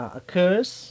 occurs